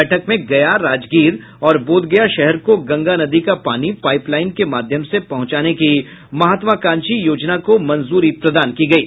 बैठक में गया राजगीर और बोधगया शहर को गंगा नदी का पानी पाईप लाईन के माध्यम से पहुंचाने की महत्वाकांक्षी योजना को मंजूरी प्रदान की गयी